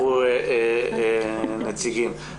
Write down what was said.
ישלחו נציגים.